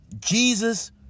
Jesus